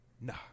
nah